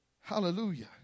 Hallelujah